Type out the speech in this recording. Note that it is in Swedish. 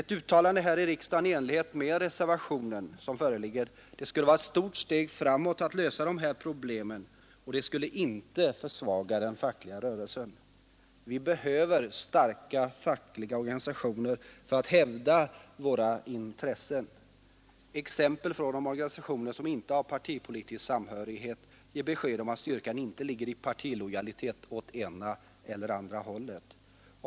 Ett uttalande här i riksdagen i enlighet med den reservation som föreligger skulle vara ett stort steg framåt för att lösa de här problemen och det skulle inte försvaga den fackliga rörelsen. Vi behöver starka fackliga organisationer för att hävda våra intressen. Exempel från de organisationer som inte har partipolitisk samhörighet ger besked om att styrkan inte ligger i partilojalitet åt ena eller andra hållet.